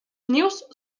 nius